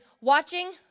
watching